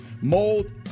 mold